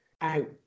out